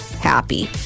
happy